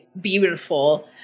beautiful